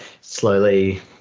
slowly